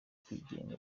kwigenga